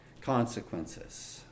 consequences